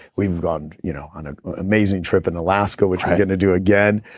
we've gone you know on an amazing trip in alaska, which we're going to do again,